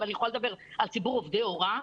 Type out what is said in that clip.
אני יכולה לדבר על ציבור עובדי ההוראה,